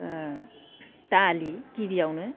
दालि गिबियावनो